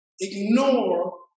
ignore